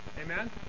Amen